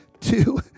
two